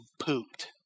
pooped